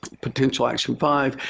potential action five,